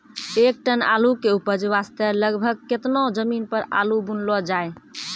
एक टन आलू के उपज वास्ते लगभग केतना जमीन पर आलू बुनलो जाय?